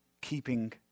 keeping